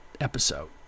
episode